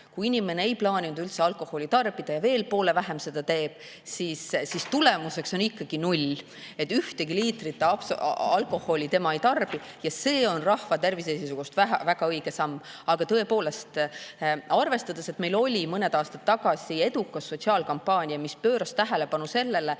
Kui inimene ei plaaninud üldse alkoholi tarbida ja teeb seda veel poole vähem, siis tulemuseks on ikkagi null, ühtegi liitrit absoluutalkoholi tema ei tarbi. Ja see on rahva tervise seisukohast väga õige samm. Arvestades, et meil oli mõned aastad tagasi edukas sotsiaalkampaania, mis pööras tähelepanu sellele,